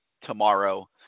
tomorrow